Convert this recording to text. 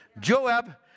Joab